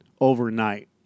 overnight